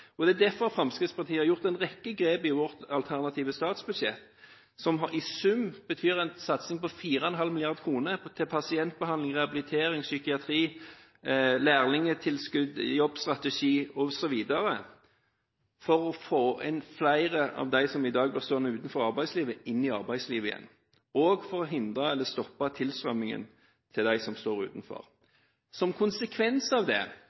ut. Det er derfor Fremskrittspartiet har gjort en rekke grep i sitt alternative statsbudsjett, som i sum betyr en satsing på 4,5 mrd. kr til pasientbehandling, rehabilitering, psykiatri, lærlingtilskudd, jobbstrategi osv. for å få flere av dem som i dag blir stående utenfor arbeidslivet, inn i arbeidslivet igjen, og for å hindre eller stoppe tilstrømningen til dem som står utenfor. Som konsekvens av